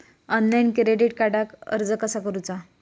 Online क्रेडिटाक अर्ज कसा करुचा?